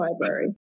Library